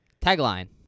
Tagline